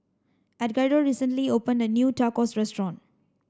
Edgardo recently opened a new Tacos restaurant